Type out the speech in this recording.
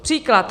Příklad.